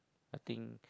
I think